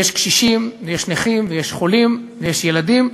יש קשישים, ויש נכים, ויש חולים, ויש ילדים.